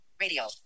Radio